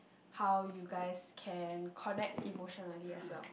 how you guys can connect emotionally as well